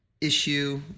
issue